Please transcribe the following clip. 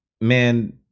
man